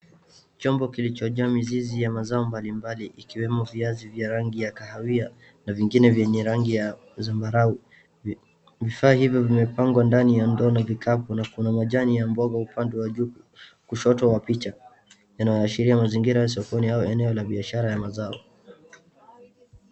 Chombo kilichojaa mizizi ya mazao mbalimbali ikiwemo viazi vya rangi ya kahawia na vingine vyenye rangi ya zambarau. Vifaa hivyo vimepangwa ndani ya ndoo na vikapu na kuna majani ya mboga upande wa juu kushoto wa picha. Inaashiria mazingira ya sokoni au eneo la biashara ya mazao.